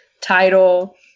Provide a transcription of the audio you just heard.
title